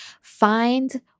find